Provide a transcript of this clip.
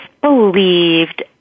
believed